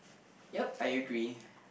ya I agree